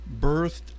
birthed